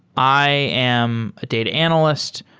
i am a data analyst.